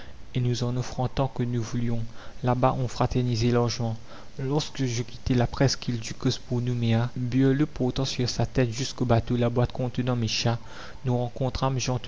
et nous en offrant tant que nous voulions là-bas on fraternisait largement lorsque je quittai la presqu'île ducos pour nouméa burlot portant sur sa tête jusqu'au bateau la boîte contenant mes chats nous rencontrâmes